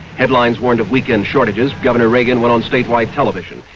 headlines warned of weekend shortages. governor reagan went on statewide television.